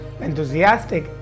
enthusiastic